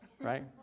right